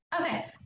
okay